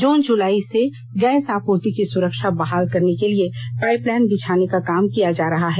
जून जुलाई से गैस आपूर्ति की सुविधा बहाल करने के लिए पाइप लाइन बिछाने का काम किया जा रहा है